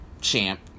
champ